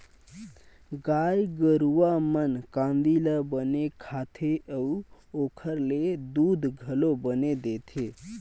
गाय गरूवा मन कांदी ल बने खाथे अउ ओखर ले दूद घलो बने देथे